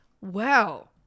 Wow